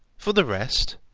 for the rest,